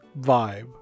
vibe